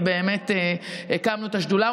ובאמת הקמנו את השדולה,